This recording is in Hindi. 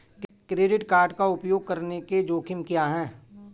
क्रेडिट कार्ड का उपयोग करने के जोखिम क्या हैं?